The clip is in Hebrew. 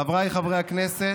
חבריי חברי הכנסת,